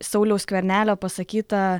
sauliaus skvernelio pasakyta